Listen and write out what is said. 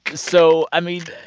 so i mean,